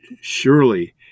surely